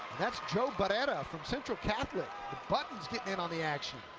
that's joe barrera from central catholic, the buttons getting in on the action.